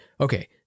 Okay